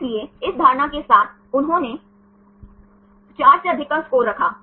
इसलिए इस धारणा के साथ उन्होंने 4 से अधिक का स्कोर रखा